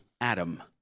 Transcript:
Adam